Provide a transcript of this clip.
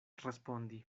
respondi